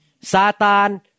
Satan